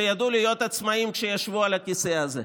שידעו להיות עצמאיים כשישבו על הכיסא הזה.